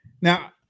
Now